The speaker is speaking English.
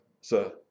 sir